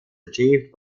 achieved